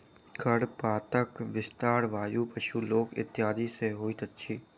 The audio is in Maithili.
खरपातक विस्तार वायु, पशु, लोक इत्यादि सॅ होइत अछि